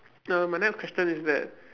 uh my next question is that